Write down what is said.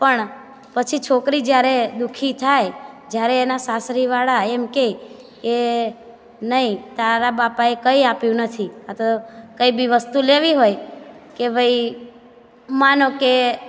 પણ પછી છોકરી જ્યારે દુખી થાય જ્યારે એના સાસરીવાળા એમ કે કે નહીં તારા બાપાએ કંઈ આપ્યું નથી આતો કંઈ બી વસ્તુ લેવી હોય કે ભાઈ માનો કે